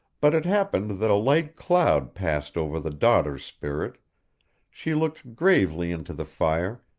but it happened that a light cloud passed over the daughter's spirit she looked gravely into the fire,